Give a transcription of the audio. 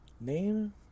Name